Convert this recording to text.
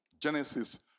Genesis